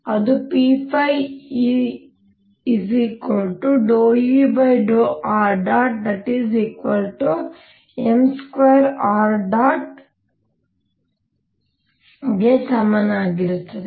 ಅದು p ∂E∂ṙ mr2ṙ ಗೆ ಸಮನಾಗಿರುತ್ತದೆ